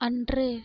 அன்று